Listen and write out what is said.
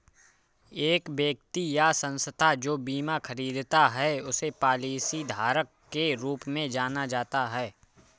एक व्यक्ति या संस्था जो बीमा खरीदता है उसे पॉलिसीधारक के रूप में जाना जाता है